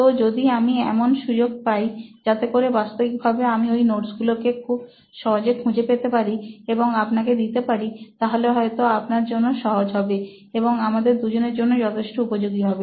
তো যদি আমি এমন সুযোগ পাই যাতে করে বাস্তবিকভাবে আমি ওই নোটসগুলোকে খুব সহজে খুঁজে পেতে পারি এবং আপনাকে দিতে পারি তাহলে হয়তো আপনার জন্য সহজ হবে এবং আমাদের দুজনের জন্য যথেষ্ট উপযোগী হবে